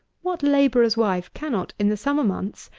what labourer's wife cannot, in the summer months,